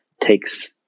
takes